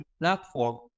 platform